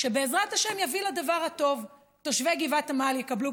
שבעזרת השם יביא לדבר הטוב: תושבי גבעת עמל יקבלו